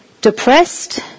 depressed